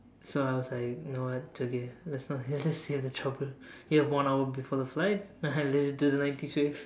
so I was like you know what it's okay let's not hear them say any trouble you have one hour before the flight let us do the nineties wave